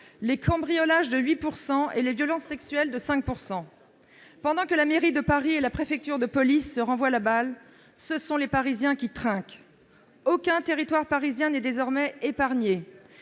les cambriolages de 8 % et les violences sexuelles de 5 %. Pendant que la mairie de Paris et la préfecture de police se renvoient la balle, ce sont les Parisiens qui trinquent. Aucun territoire parisien n'est désormais épargné